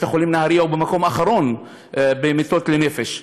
ובית-החולים בנהריה הוא במקום האחרון במספר המיטות לנפש.